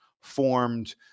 formed